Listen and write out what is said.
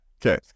Okay